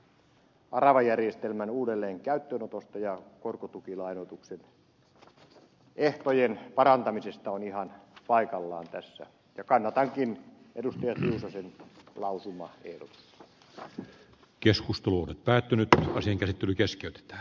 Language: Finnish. tiusasen esitys aravajärjestelmän uudelleen käyttöönotosta ja korkotukilainoituksen ehtojen parantamisesta on ihan paikallaan tässä takana pankin edustajan lausuma hiihdot ja keskustelu päättynyt hevosen käsittely keskeytetä